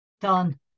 Done